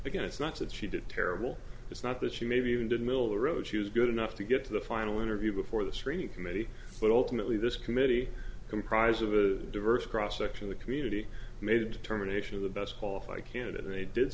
again it's not that she did terrible it's not that she maybe even did miller oh she was good enough to get to the final interview before the screening committee but ultimately this committee comprised of a diverse cross section the community made a determination of the best qualified candidate and they did